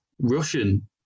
Russian